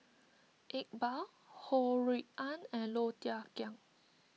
Iqbal Ho Rui An and Low Thia Khiang